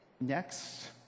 Next